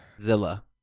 Zilla